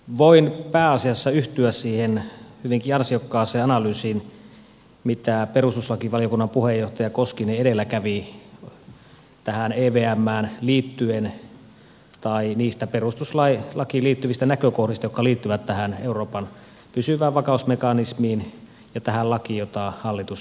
voin pääasiassa yhtyä siihen hyvinkin ansiokkaaseen analyysiin mitä perustuslakivaliokunnan puheenjohtaja koskinen edellä teki tähän evmään liittyen tai niistä perustuslakiin liittyvistä näkökohdista jotka liittyvät tähän euroopan pysyvään vakausmekanismiin ja tähän lakiin jota hallitus esittää